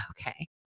Okay